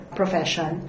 profession